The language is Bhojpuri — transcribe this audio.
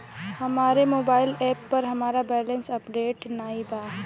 हमरे मोबाइल एप पर हमार बैलैंस अपडेट नाई बा